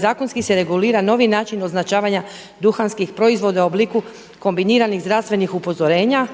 zakonski se regulira novi način označavanja duhanskih proizvoda u obliku kombiniranih zdravstvenih upozorenja